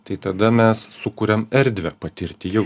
tai tada mes sukuriam erdvę patirti jau